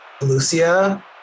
Lucia